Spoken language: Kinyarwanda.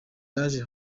yaje